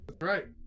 Right